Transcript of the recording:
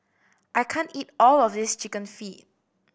I can't eat all of this Chicken Feet